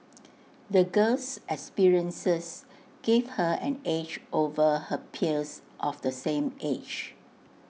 the girl's experiences gave her an edge over her peers of the same age